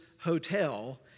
hotel